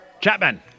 Chapman